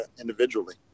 individually